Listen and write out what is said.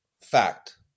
fact